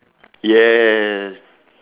yes